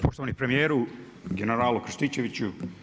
Poštovani premijeru, generalu Krstičeviću.